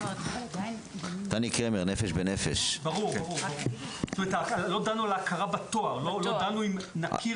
כלומר לא דנו על ההכרה בתואר, לא דנו האם נכיר